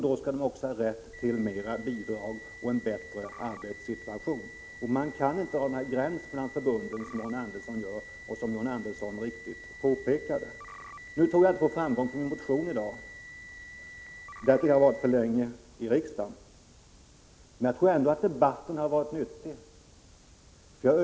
Då skall det också ha rätt till mera bidrag och en bättre arbetssituation. Man kan inte ha den gräns mellan förbunden som Arne Andersson i Ljung drar, vilket John Andersson riktigt påpekade. Nu tror jag inte på någon framgång för min motion i dag — därtill har jag varit för länge i riksdagen. Men jag tror ändå att debatten har varit nyttig.